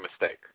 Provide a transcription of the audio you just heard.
mistake